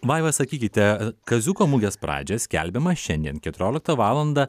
vaiva sakykite kaziuko mugės pradžią skelbiama šiandien keturioliktą valandą